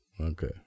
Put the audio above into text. okay